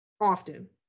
often